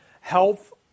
health